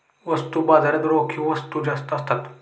वस्तू बाजारात रोखीच्या वस्तू जास्त असतात